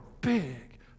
big